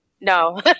No